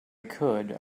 could